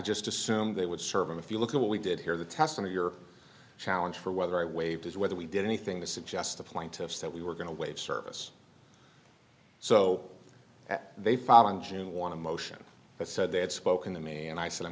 just assumed they would serve if you look at what we did here the test of your challenge for whether i waived is whether we did anything to suggest the plaintiffs that we were going to waive service so that they found on june want to motion that said they had spoken to me and i said i